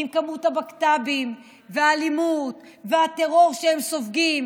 עם כמות הבקת"בים והאלימות והטרור שהם סופגים,